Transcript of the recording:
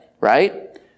right